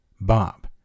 Bob